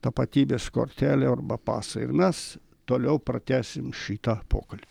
tapatybės kortelę arba pasą ir mes toliau pratęsime šitą pokalbį